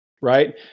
right